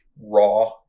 raw